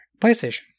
PlayStation